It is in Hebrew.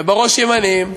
ובראש ימנים,